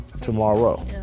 tomorrow